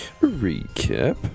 Recap